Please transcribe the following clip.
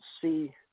see